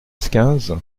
quinze